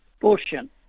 portion